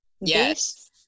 Yes